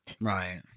Right